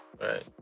Right